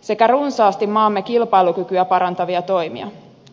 sekä runsaasti maamme kilpailukykyä parantavia toimia